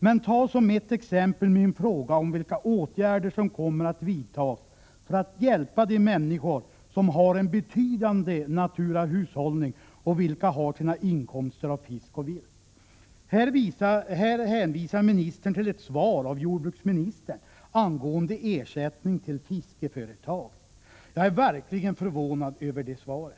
Men ta t.ex. min fråga om vilka åtgärder som kommer att vidtas för att hjälpa de människor som har en betydande naturahushållning och som får sina inkomster från försäljning av fisk och vilt. Här hänvisar ministern till ett frågesvar från jordbruksministern angående ersättning till fiskeföretag. Jag är verkligen förvånad över det svaret.